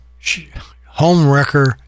homewrecker